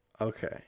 Okay